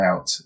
out